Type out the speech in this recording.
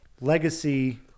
legacy